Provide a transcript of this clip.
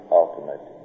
ultimate